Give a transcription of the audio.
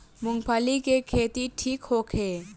मूँगफली के खेती ठीक होखे?